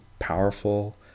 powerful